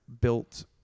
built